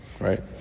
Right